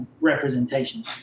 representation